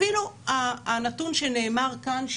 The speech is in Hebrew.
אפילו אה הנתון שנאמר כאן: